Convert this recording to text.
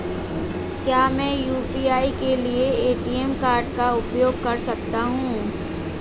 क्या मैं यू.पी.आई के लिए ए.टी.एम कार्ड का उपयोग कर सकता हूँ?